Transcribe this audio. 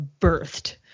birthed